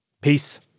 Peace